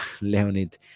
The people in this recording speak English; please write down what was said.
Leonid